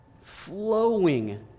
flowing